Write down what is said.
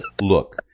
look